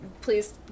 please